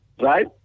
Right